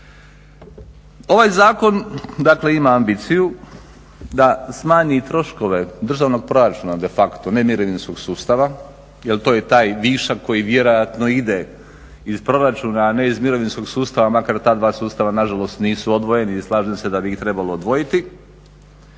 Ovaj zakon dakle ima ambiciju da smanji i troškove državnog proračuna defacto, ne mirovinskog sustava jer to je taj višak koji vjerojatno ide iz proračuna a ne iz mirovinskog sustava makar ta dva sustava nažalost nisu odvojeni i slažem se da bi ih trebalo odvojiti.